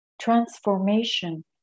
transformation